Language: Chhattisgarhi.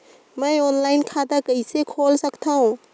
मैं ऑनलाइन खाता कइसे खोल सकथव?